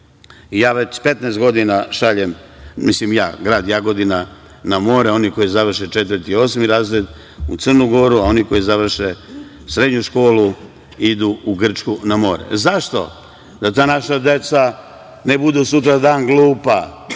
Ja već 15 godina šaljem, mislim ja, grad Jagodina, na more one koji završe četvrti i osmi razred u Crnu Goru, a one koji završe srednju školu idu u Grčku na more.Zašto? Da ta naša deca ne budu sutra dan glupa,